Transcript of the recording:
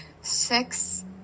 Six